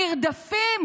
הם נרדפים